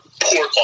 poor